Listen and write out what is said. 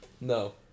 No